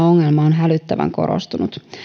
ongelma on hälyttävän korostunut